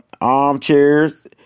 armchairs